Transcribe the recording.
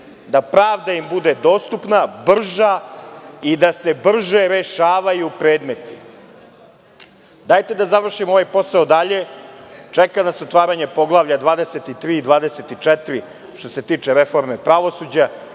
im pravda bude dostupna, brža i da se brže rešavaju predmeti. Dajte da završimo ovaj posao dalje. Čeka nas otvaranje poglavlja 2324 što se tiče reforme pravosuđa